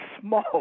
small